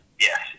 Yes